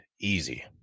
easy